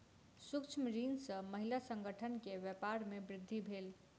सूक्ष्म ऋण सॅ महिला संगठन के व्यापार में वृद्धि भेल